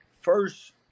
first